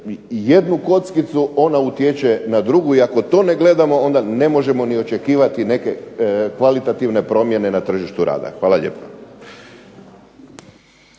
jednu kockicu ona utječe na drugu i ako to ne gledamo onda ne možemo ni očekivati neke kvalitativne promjene na tržištu rada. Hvala lijepa.